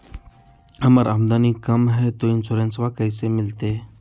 हमर आमदनी कम हय, तो इंसोरेंसबा कैसे मिलते?